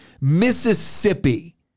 Mississippi